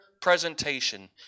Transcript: presentation